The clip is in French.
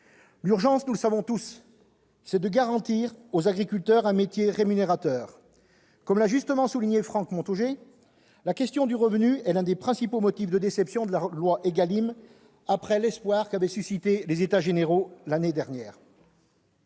L'urgence, nous le savons tous, est de garantir un métier rémunérateur aux agriculteurs. Comme l'a justement souligné Franck Montaugé, la question du revenu est l'un des principaux motifs de déception de la loi ÉGALIM, après l'espoir qu'avaient suscité les États généraux l'année dernière.